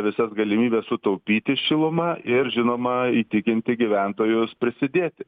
visas galimybes sutaupyti šilumą ir žinoma įtikinti gyventojus prisidėti